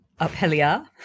apelia